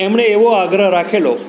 એમણે એવો આગ્રહ રાખેલો